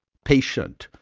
patient,